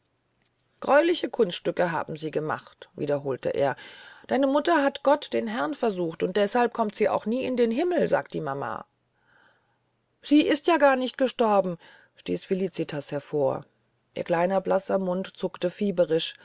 greuliche kunststücke haben sie gemacht wiederholte er deine mutter hat gott den herrn versucht und deshalb kommt sie auch nie in den himmel sagte die mama sie ist ja gar nicht gestorben stieß felicitas hervor ihr kleiner blasser mund zuckte